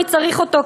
מי צריך אותו,